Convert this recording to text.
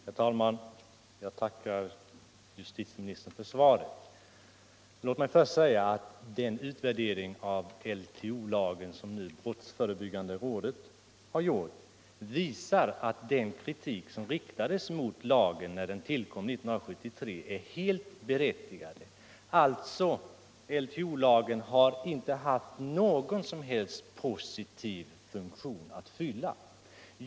Herr talman! Jag tackar justitieministern för svaret. Låt mig tull att börja med säga att den utvärdering av LTO som brottsförebyggande rådet nu har gjort visar att den kritik som riktades mot lagen när den tillkom 1973 är helt berättigad. LTO har alliså inte haft någon som helst positiv funktion att fylla.